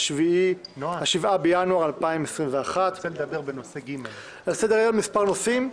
7 בינואר 2021. על סדר-היום מספר נושאים.